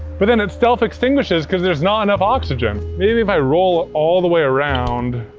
but, then it self-extinguishes, cause there's not enough oxygen. maybe if i roll it all the way around.